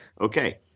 Okay